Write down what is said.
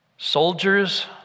Soldiers